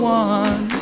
one